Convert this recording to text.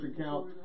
account